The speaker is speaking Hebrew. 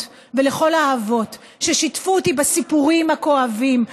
ולכל האבות ששיתפו אותי בסיפורים הכואבים,